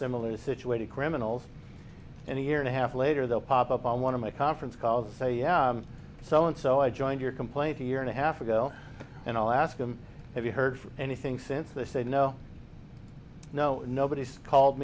similarly situated criminals and a year and a half later they'll pop up on one of my conference calls and say so and so i joined your complaint a year and a half ago and i'll ask them have you heard anything since they say no no nobody's called